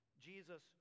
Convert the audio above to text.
Jesus